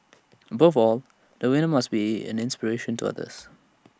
above all the winner must be an inspiration to others